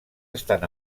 estan